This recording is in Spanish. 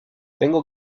tengo